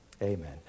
Amen